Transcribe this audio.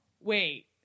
wait